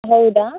ಹೌದಾ